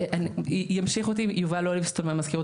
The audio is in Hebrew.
ימשיך אותי יובל אוליבסטון מהמזכירות